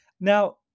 Now